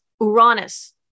Uranus